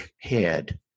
head